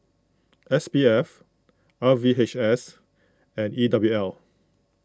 S P F R V H S and E W L